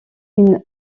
une